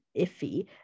iffy